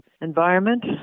environment